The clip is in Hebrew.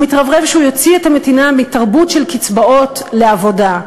הוא מתרברב שהוא יוציא את המדינה מתרבות של קצבאות לעבודה,